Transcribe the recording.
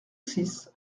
six